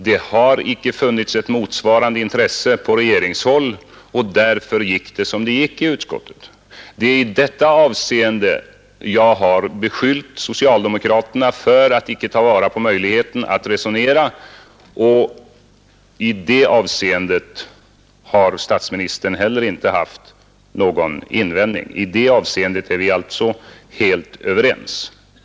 Det har icke funnits något motsvarande intresse på regeringshåll, och därför gick det som det gick i utskottet. Det är i detta avseende jag har beskyllt socialdemokraterna för att icke ta vara på möjligheten att resonera, och i det avseendet har statsministern inte heller haft någon invändning att göra. I det avseendet är vi alltså överens.